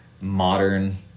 modern